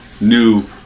new